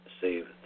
save